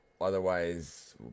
otherwise